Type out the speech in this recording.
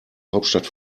hauptstadt